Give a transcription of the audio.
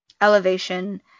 Elevation